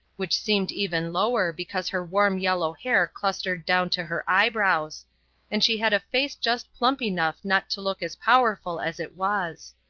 which seemed even lower because her warm yellow hair clustered down to her eyebrows and she had a face just plump enough not to look as powerful as it was.